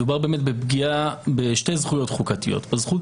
מדובר באמת בפגיעה בשתי זכויות חוקתיות: בזכות